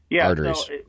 arteries